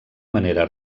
manera